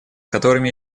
которыми